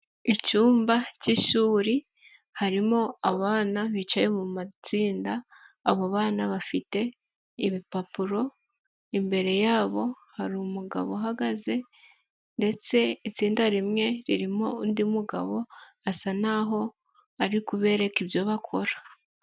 Icyumba cy'ishuri, harimo abana bicaye mu matsinda, abo bana bafite ibipapuro, imbere y'abo hari umugabo uhagaze, ndetse itsinda rimwe ririmo undi mugabo asa n'aho ari kubereka ibyo bakora.